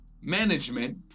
Management